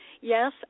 Yes